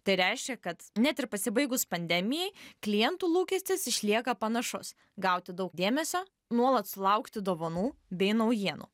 tai reiškia kad net ir pasibaigus pandemijai klientų lūkestis išlieka panašus gauti daug dėmesio nuolat sulaukti dovanų bei naujienų